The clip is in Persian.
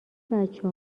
بچه